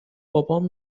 بابام